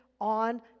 on